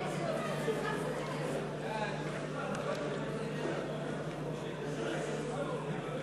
קבוצת סיעת בל"ד, קבוצת סיעת